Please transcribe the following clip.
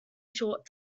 short